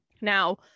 now